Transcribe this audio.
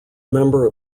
member